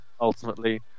ultimately